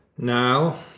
now,